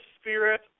Spirit